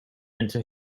into